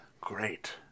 great